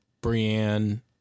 Brienne